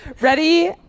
Ready